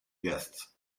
guests